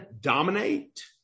dominate